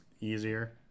easier